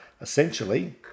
essentially